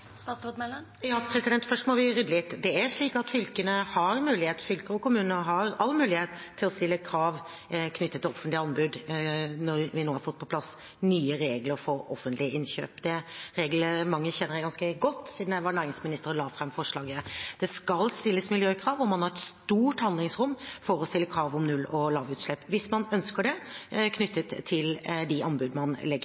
Først må vi rydde litt: Det er slik at fylker og kommuner har all mulighet til å stille krav knyttet til offentlige anbud når vi nå har fått på plass nye regler for offentlige innkjøp. Det reglementet kjenner jeg ganske godt siden jeg som næringsminister la fram forslaget. Det skal stilles miljøkrav, og man har et stort handlingsrom for å stille krav om null- og lavutslipp hvis man ønsker det, knyttet til de anbud man legger